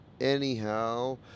anyhow